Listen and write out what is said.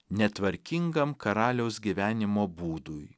netvarkingam karaliaus gyvenimo būdui